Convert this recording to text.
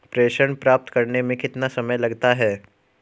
प्रेषण प्राप्त करने में कितना समय लगता है?